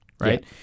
right